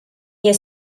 nie